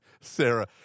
Sarah